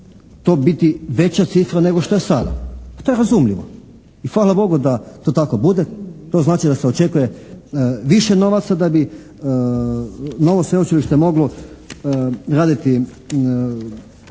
to biti veća cifra nego što je sada. To je razumljivo. I hvala Bogu da to tako bude, to znači da se očekuje više novaca da bi novo sveučilište raditi